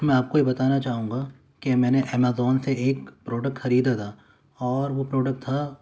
میں آپ کو یہ بتانا چاہوں گا کہ میں نے امازون سے ایک پروڈکٹ خریدا تھا اور وہ پروڈکٹ تھا